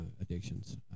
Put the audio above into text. addictions